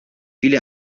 viele